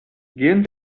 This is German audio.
gehen